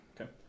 okay